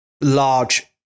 large